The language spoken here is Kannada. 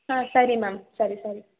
ಹಾಂ ಸರಿ ಮ್ಯಾಮ್ ಸರಿ ಸರಿ